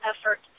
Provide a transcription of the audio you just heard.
effort